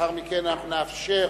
ולאחר מכן אנחנו נאפשר